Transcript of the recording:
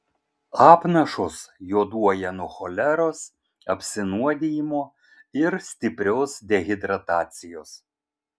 apnašos juoduoja nuo choleros apsinuodijimo ir stiprios dehidratacijos